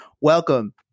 welcome